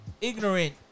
ignorant